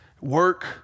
work